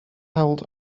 held